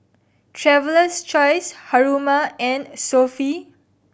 Traveler's Choice Haruma and Sofy